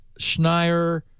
Schneier